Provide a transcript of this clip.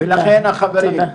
ולכן, חברים,